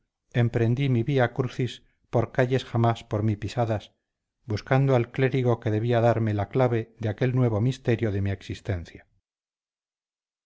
emprendí mi via crucis por calles jamás por mí pisadas buscando al clérigo que debía darme la clave de aquel nuevo misterio de mi existencia